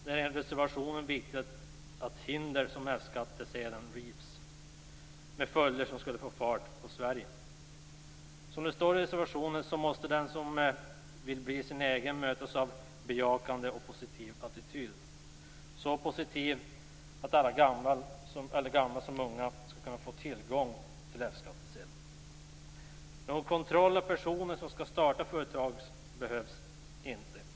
Det står i reservationen att det är viktigt att hinder som F-skattsedeln rivs. Följden skulle bli att vi får fart på Sverige. Man skriver i reservationen att den som vill bli sin egen måste mötas av "en bejakande och positiv attityd" - så positiv att alla, gammal som ung, skall kunna få tillgång till F-skattsedel. Någon kontroll av personer som skall starta företag behövs inte.